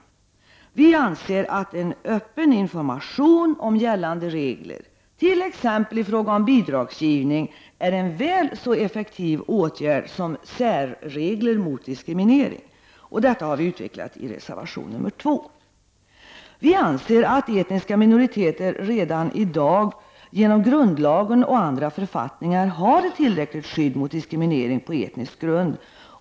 Vi anser att en öppen information om gällande regler, t.ex. i fråga om bidragsgivning, är en väl så effektiv åtgärd som särregler mot diskriminering. Detta har vi utvecklat i reservation 2. Vi anser att etniska minoriteter redan i dag genom grundlagen och andra författningar har ett tillräckligt skydd mot diskriminering på etnisk grund.